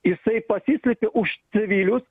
jisai pasislėpė už civilius